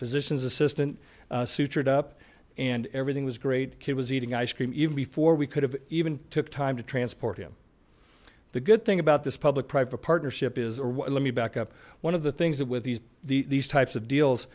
physician's assistant sutured up and everything was great he was eating ice cream even before we could have even took time to transport him the good thing about this public private partnership is let me back up one of the things that with these these types of deals